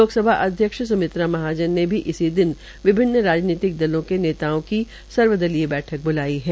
लोकसभा अध्यक्ष स्मित्र महाजन ने भी इसी दिन विभिन्न राजनीतिक दलों के नेताओ की सर्वदलीय बैठक ब्लाई है